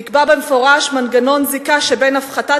נקבע במפורש מנגנון זיקה שבין הפחתת